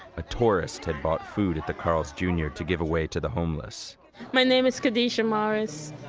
a tourist had bought food at the carl's jr. you know to give away to the homeless my name is khadisha morris.